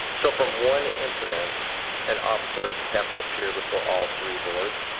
so from one incident an officer could have to appear before all three boards?